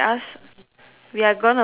we are going to move on to that